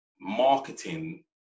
marketing